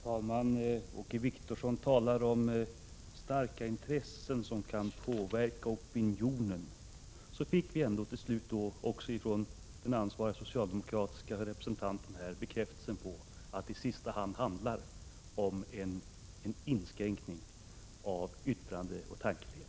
Herr talman! Åke Wictorsson talar om starka intressen, som kan påverka opinionen. Så fick vi ändå till slut också från den ansvarige socialdemokratiske representanten här bekräftelse på att det i sista hand handlar om en inskränkning av yttrandeoch tankefriheten!